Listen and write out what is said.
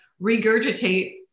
regurgitate